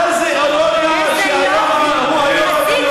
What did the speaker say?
איזו אירוניה, חברים, תנו לו לדבר.